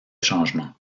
changement